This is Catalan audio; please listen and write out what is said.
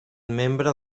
membre